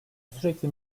sürekli